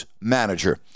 manager